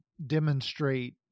demonstrate